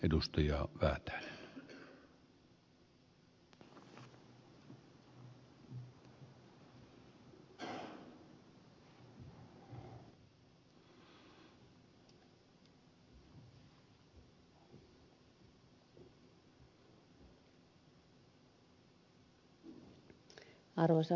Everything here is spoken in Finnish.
arvoisa herra puhemies